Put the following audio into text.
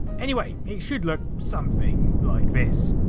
anyway, it should look something like this.